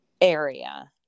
area